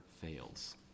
fails